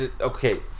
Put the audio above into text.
Okay